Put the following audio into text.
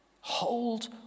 Hold